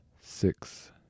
six